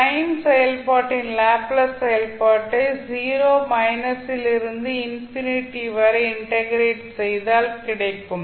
sign செயல்பாட்டின் Laplace செயல்பாட்டை 0 மைனஸிலிருந்து இன்ஃபினிட்டி வரை இன்டெக்ரேட் செய்தால் கிடைக்கும்